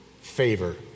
favor